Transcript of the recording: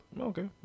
Okay